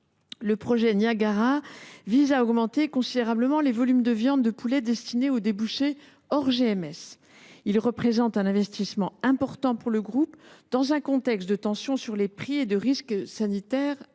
Le projet Niagara vise à augmenter considérablement les volumes de viande de poulet destinés aux débouchés en dehors des grandes et moyennes surfaces (GMS). Il représente un investissement important pour le groupe, dans un contexte de tensions sur les prix et de risques sanitaires accrus.